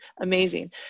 amazing